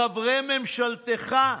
חברי ממשלתך,